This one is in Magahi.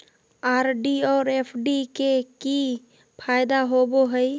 आर.डी और एफ.डी के की फायदा होबो हइ?